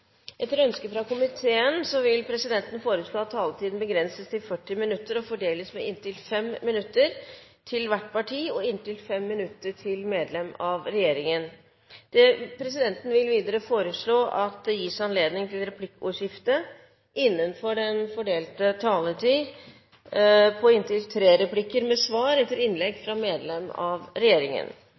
Etter ønske fra familie- og kulturkomiteen vil presidenten foreslå at taletiden begrenses til 40 minutter og fordeles med inntil 5 minutter til hvert parti og inntil 5 minutter til medlem av regjeringen. Videre vil presidenten foreslå at det gis anledning til replikkordskifte på inntil tre replikker med svar etter innlegg fra medlem av regjeringen